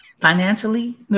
financially